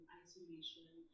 isolation